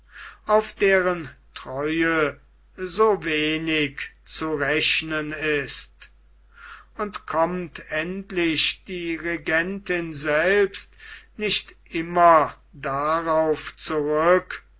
auf deren treue so wenig zu rechnen ist und kommt endlich die regentin selbst nicht immer darauf zurück